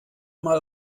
mal